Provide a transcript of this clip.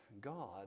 God